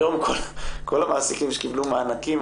כיום כל המעסיקים שקיבלו מענקים,